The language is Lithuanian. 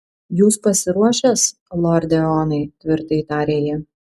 jūs pasiruošęs lorde eonai tvirtai tarė ji